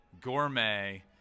gourmet